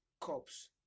Cops